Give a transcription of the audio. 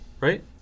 right